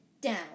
down